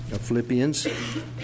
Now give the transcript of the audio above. Philippians